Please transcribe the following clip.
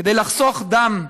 כדי לחסוך דם,